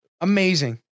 Amazing